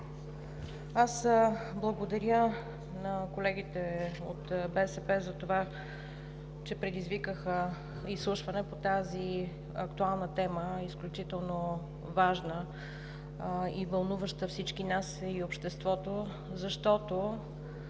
Аз благодаря на колегите от БСП за това, че предизвикаха изслушване по тази актуална тема – изключително важна и вълнуваща всички нас и обществото, защото